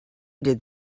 did